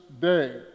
day